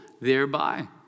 thereby